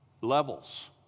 levels